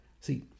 See